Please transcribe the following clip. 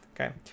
okay